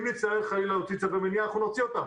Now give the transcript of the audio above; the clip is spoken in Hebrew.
אם נצטרך להוציא צווי מניעה, אנחנו נוציא אותם.